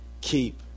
keep